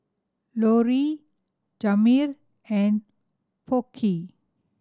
Lori Jamar and Burke